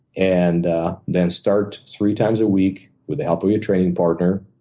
and then start three times a week, with the help of your training partner,